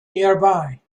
nearby